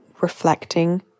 reflecting